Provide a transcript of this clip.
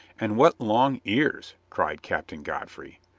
and what long ears, cried captain godfrey.